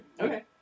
Okay